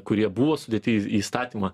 kurie buvo sudėti į įstatymą